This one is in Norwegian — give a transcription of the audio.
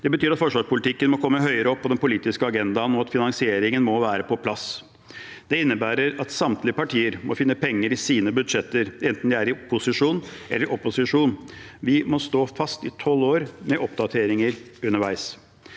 Det betyr at forsvarspolitikken må komme høyere opp på den politiske agendaen, og at finansieringen må være på plass. Det innebærer at samtlige partier må finne penger i sine budsjetter, enten de er i posisjon eller opposisjon. Vi må stå fast i tolv år med oppdateringer underveis.